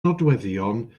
nodweddion